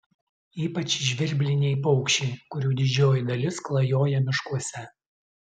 ypač žvirbliniai paukščiai kurių didžioji dalis klajoja miškuose